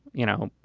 you know,